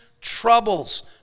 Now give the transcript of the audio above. troubles